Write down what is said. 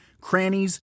crannies